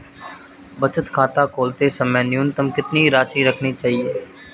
बचत खाता खोलते समय न्यूनतम कितनी राशि रखनी चाहिए?